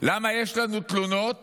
למה יש לנו תלונות